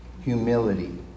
humility